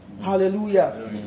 Hallelujah